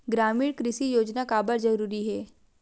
ग्रामीण कृषि योजना काबर जरूरी हे?